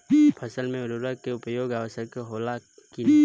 फसल में उर्वरक के उपयोग आवश्यक होला कि न?